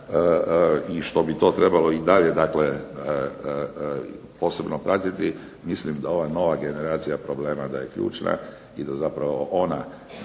što bi to trebalo i dalje posebno pratiti, mislim da ova nova generacija problema da je ključna i da prvenstveno